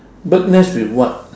bird nest with what